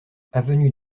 avenue